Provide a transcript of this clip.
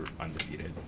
undefeated